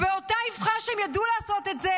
ובאותה אבחה שהם ידעו לעשות את זה